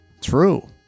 True